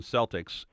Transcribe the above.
Celtics